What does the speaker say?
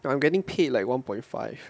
and I'm getting paid like one point five